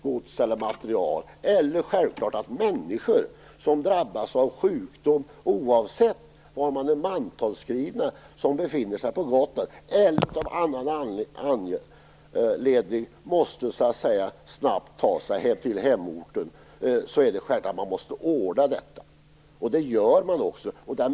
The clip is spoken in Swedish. Självfallet skall man ordna transporten för människor som drabbas av sjukdom och befinner sig på Gotland, oavsett var de är mantalsskrivna, eller som av annan anledning snabbt måste ta sig till hemorten. Det gör man också.